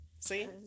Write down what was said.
See